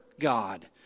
God